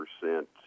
percent